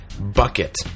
bucket